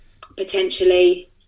potentially